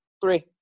Three